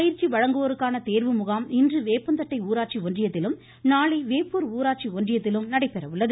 பயிற்சி வழங்குவோருக்கான தேர்வு முகாம் இன்று வேப்பந்தட்டை ஊராட்சி ஒன்றியத்திலும் நாளை வேப்பூர் ஊராட்சி ஒன்றியத்திலும் நடைபெற உள்ளது